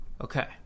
Okay